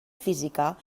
física